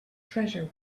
treasure